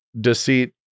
deceit